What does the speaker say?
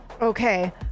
okay